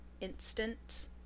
instant